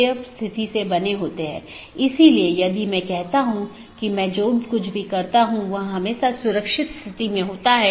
और EBGP में OSPF इस्तेमाल होता हैजबकि IBGP के लिए OSPF और RIP इस्तेमाल होते हैं